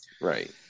Right